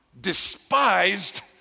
despised